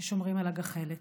ששומרים על הגחלת.